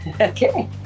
okay